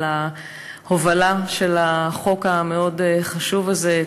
על ההובלה של החוק המאוד-חשוב הזה,